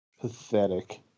Pathetic